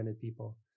people